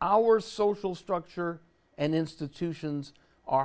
our social structure and institutions are